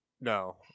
No